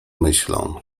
myślą